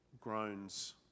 groans